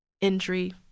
injury